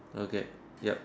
okay yup